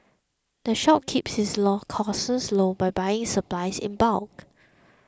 the shop keeps its law costs low by buying supplies in bulk